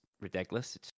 ridiculous